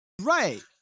right